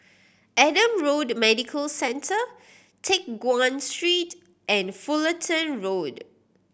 Adam Road Medical Centre Teck Guan Street and Fullerton Road